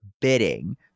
bidding